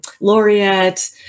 Laureate